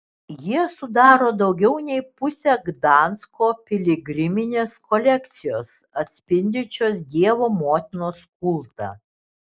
jie sudaro daugiau nei pusę gdansko piligriminės kolekcijos atspindinčios dievo motinos kultą